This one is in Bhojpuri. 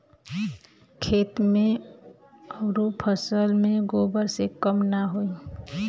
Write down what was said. खेत मे अउर फसल मे गोबर से कम ना होई?